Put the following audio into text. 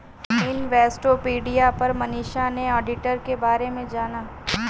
Investopedia पर अमीषा ने auditor के बारे में जाना